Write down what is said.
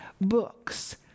books